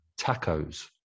tacos